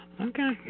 Okay